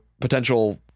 potential